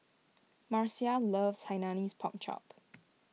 Marcia loves Hainanese Pork Chop